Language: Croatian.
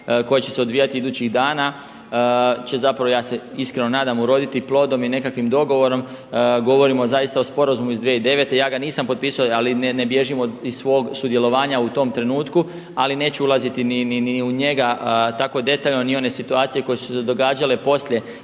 koje će se odvijati idućih dana će zapravo ja se iskreno nadam uroditi plodom i nekakvim dogovorom. Govorimo zaista o sporazumu iz 2009., ja ga nisam potpisao ali ne bježim iz svog sudjelovanja u tom trenutku. Ali neću ulaziti ni u njega tako detaljno, ni one situacije koje su se događale poslije